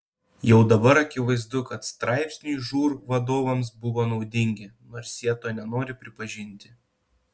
jau dabar akivaizdu kad straipsniai žūr vadovams buvo naudingi nors jie to nenori pripažinti